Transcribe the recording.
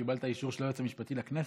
קיבלת אישור של היועץ המשפטי של הכנסת?